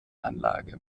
anlage